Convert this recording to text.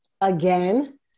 again